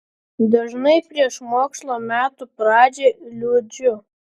dažnai prieš mokslo metų pradžią liūdžiu